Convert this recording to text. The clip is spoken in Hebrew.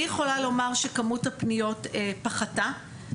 אני יכולה לומר שכמות הפניות פחתה,